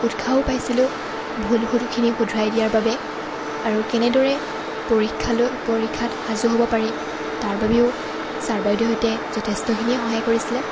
উৎসাহো পাইছিলোঁ ভুলখিনি শুধৰোৱাই দিয়াৰ বাবে আৰু কেনেদৰে পৰীক্ষালৈ পৰীক্ষাত সাজু হ'ব পাৰি তাৰ বাবেও ছাৰ বাইদেউহঁতে যথেষ্টখিনিয়ে সহায় কৰিছিলে